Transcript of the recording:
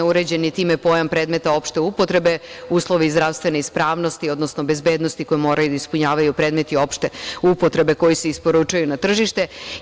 Uređen je time pojam predmeta opšte upotrebe, uslovi zdravstvene ispravnosti, odnosno bezbednosti koji moraju da ispunjavaju predmeti opšte upotrebe koji se isporučuju na tržište.